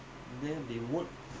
also not enough